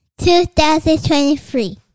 2023